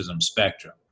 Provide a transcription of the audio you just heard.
spectrum